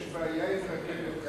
יש הצעה אחרת?